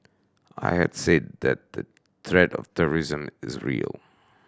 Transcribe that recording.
I had said that the threat of terrorism is real